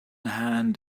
hand